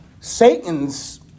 Satan's